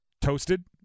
toasted